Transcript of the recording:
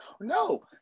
No